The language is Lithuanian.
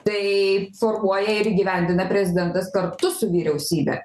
tai formuoja ir įgyvendina prezidentas kartu su vyriausybe